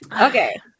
okay